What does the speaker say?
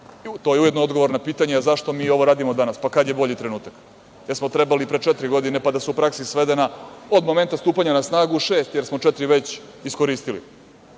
je ujedno odgovorno pitanje – zašto mi ovo radimo danas? Pa, kada je bolji trenutak? Trebali smo pre četiri godine, pa da se u praksi svede od momenta stupanja na snagu šest, jer smo četiri već iskoristili.